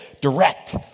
direct